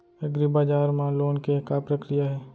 एग्रीबजार मा लोन के का प्रक्रिया हे?